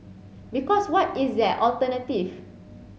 because what is their alternative